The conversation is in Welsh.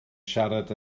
siarad